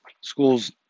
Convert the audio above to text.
School's